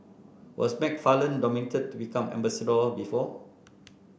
was McFarland nominated to become ambassador before